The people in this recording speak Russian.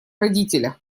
родителях